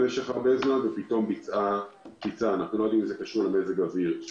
אנחנו לא יודעים אם זה קשור למזג האוויר.